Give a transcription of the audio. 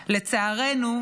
לצערנו,